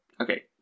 Okay